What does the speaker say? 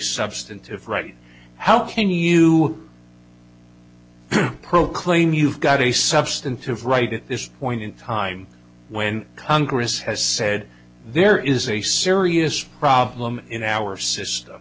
substantive right how can you proclaim you've got a substantive right at this point in time when congress has said there is a serious problem in our system